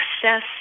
success